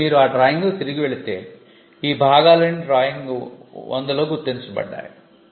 ఇప్పుడు మీరు ఆ డ్రాయింగ్కు తిరిగి వెళితే ఈ భాగాలన్నీ డ్రాయింగ్ 100 లో గుర్తించబడ్డాయి